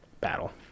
battle